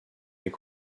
est